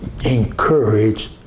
Encourage